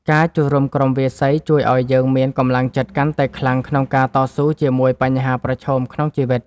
ការចូលរួមក្រុមវាយសីជួយឱ្យយើងមានកម្លាំងចិត្តកាន់តែខ្លាំងក្នុងការតស៊ូជាមួយបញ្ហាប្រឈមក្នុងជីវិត។